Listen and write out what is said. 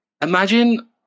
imagine